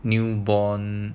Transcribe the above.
newborn